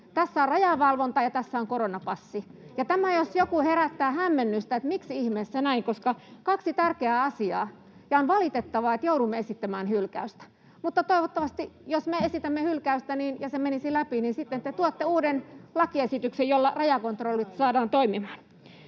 Tässä on rajavalvonta, ja tässä on koronapassi. Ja tämä jos jokin herättää hämmennystä, että miksi ihmeessä näin, koska ne ovat kaksi tärkeää asiaa, ja on valitettavaa, että joudumme esittämään hylkäystä. Mutta toivottavasti, jos me esitämme hylkäystä ja se menee läpi, sitten te tuotte uuden lakiesityksen, jolla rajakontrollit saadaan toimimaan.